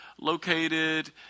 located